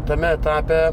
tame etape